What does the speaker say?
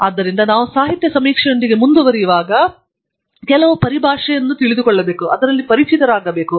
ಆದ್ದರಿಂದ ನಾವು ಸಾಹಿತ್ಯ ಸಮೀಕ್ಷೆಯೊಂದಿಗೆ ಮುಂದುವರಿಯುವಾಗ ನಾವು ಕೆಲವು ಪರಿಭಾಷೆಯಲ್ಲಿ ಪರಿಚಿತರಾಗಿರಬೇಕು